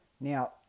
Now